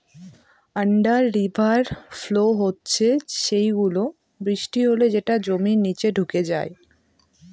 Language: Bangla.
আন্ডার রিভার ফ্লো হচ্ছে সেই গুলো, বৃষ্টি হলে যেটা জমির নিচে ঢুকে যায়